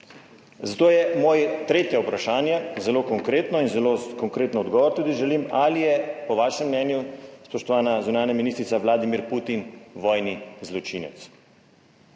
Zato je moje tretje vprašanje zelo konkretno in zelo konkreten odgovor tudi želim: ali je po vašem mnenju, spoštovana zunanja ministrica, Vladimir Putin vojni zločinec?